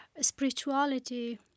spirituality